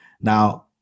Now